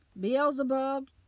Beelzebub